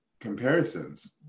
comparisons